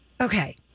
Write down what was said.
Okay